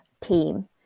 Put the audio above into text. team